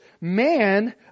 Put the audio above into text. man